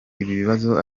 ikibazo